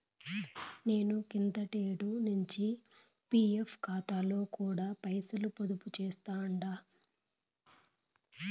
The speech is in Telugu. నేను కిందటేడు నించి పీఎఫ్ కాతాలో కూడా పైసలు పొదుపు చేస్తుండా